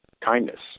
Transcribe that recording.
kindness